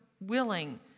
willing